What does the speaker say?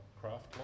craft